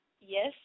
Yes